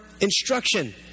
instruction